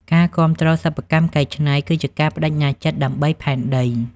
ការគាំទ្រសិប្បកម្មកែច្នៃ គឺជាការប្តេជ្ញាចិត្តដើម្បីផែនដី។